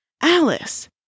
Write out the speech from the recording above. Alice